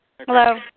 Hello